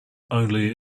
only